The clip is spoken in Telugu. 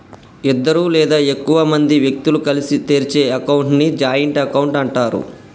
ఇద్దరు లేదా ఎక్కువ మంది వ్యక్తులు కలిసి తెరిచే అకౌంట్ ని జాయింట్ అకౌంట్ అంటరు